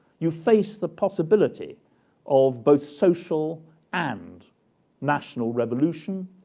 you face the possibility of both social and national revolution.